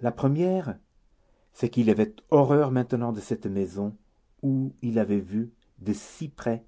la première c'est qu'il avait horreur maintenant de cette maison où il avait vu de si près